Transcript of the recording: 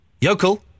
Yokel